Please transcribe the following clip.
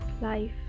life